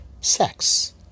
sex